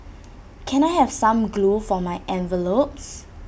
can I have some glue for my envelopes